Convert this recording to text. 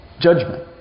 judgment